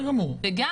גם,